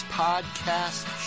podcast